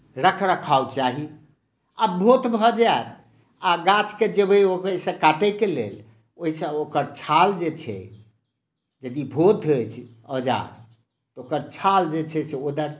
रखरखाव चाही आ भोथ भऽ जायत आ गाछके जेबै ओहिसँ काटयके लेल ओहिसँ ओकर छाल जे छै यदि भोथ अछि औजार तऽ ओकर छाल जे छै से ओदरतै